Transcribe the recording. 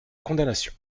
condamnation